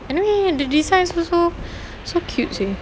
anyway the designs also so cute seh